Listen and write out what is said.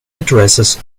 addresses